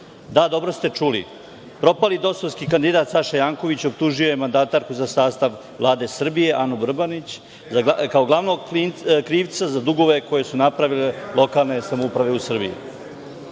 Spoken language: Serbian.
Da, dobro ste čuli. Propali DOS-ovski kandidat Saša Janković, optužio je mandatarku za sastav Vlade Srbije, Anu Brnabić, kao glavnog krivca za dugove koje su napravile lokalne samouprave u Srbiji,